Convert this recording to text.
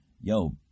Yo